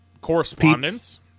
correspondence